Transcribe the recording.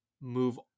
move